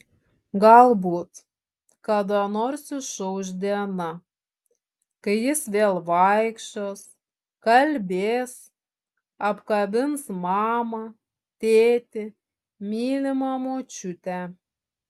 galbūt kada nors išauš diena kai jis vėl vaikščios kalbės apkabins mamą tėtį mylimą močiutę